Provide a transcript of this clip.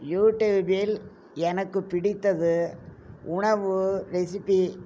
யூடியூப்பில் எனக்கு பிடித்தது உணவு ரெசிபி